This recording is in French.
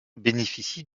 bénéficie